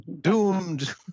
Doomed